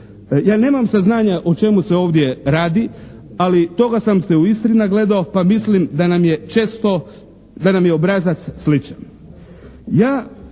Ja nemam saznanja o čemu se ovdje radi, ali toga sam se u Istri nagledao pa mislim da nam je često, da nam je obrazac sličan.